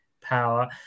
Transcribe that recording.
power